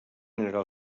mineral